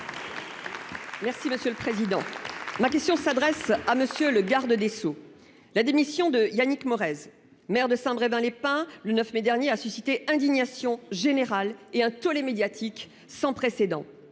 Merci monsieur le président. Ma question s'adresse à monsieur le garde des Sceaux. La démission de Yannick Morez maire de Saint-Brévin-les-Pins. Le 9 mai dernier a suscité indignation générale et un tollé médiatique sans précédent